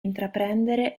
intraprendere